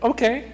Okay